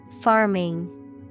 Farming